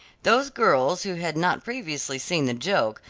those girls who had not previously seen the joke,